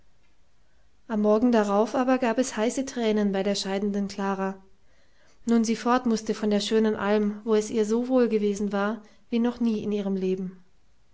am morgen darauf aber gab es heiße tränen bei der scheidenden klara nun sie fort mußte von der schönen alm wo es ihr so wohl gewesen war wie noch nie in ihrem leben